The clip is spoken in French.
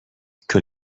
que